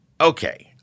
Okay